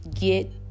get